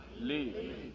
Leave